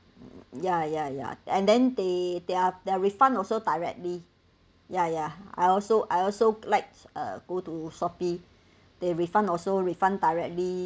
ya ya ya and then they their their refund also directly ya ya I also I also like uh go to Shopee they refund also refund directly